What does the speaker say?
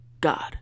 god